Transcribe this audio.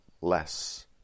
less